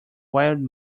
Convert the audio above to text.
wild